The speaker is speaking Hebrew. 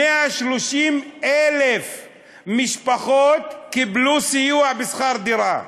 130,000 משפחות קיבלו סיוע בשכר דירה.